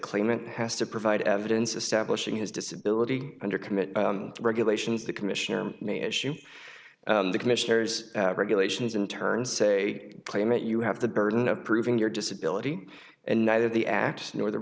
claimant has to provide evidence establishing his disability under committee regulations the commissioner may issue the commissioner's regulations in turn say claim that you have the burden of proving your disability and neither the act nor the